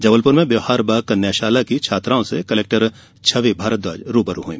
जबलपुर में व्यौहार बाग कन्याशाला की छात्राओं से कलेक्टर छवि भारद्वाज रूबरू हुई